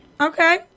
Okay